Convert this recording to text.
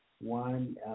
one